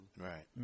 Right